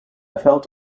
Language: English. felt